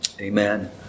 Amen